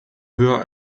höher